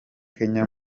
kenya